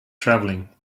travelling